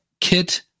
kit